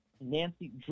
Nancy